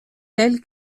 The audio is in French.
telle